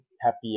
happier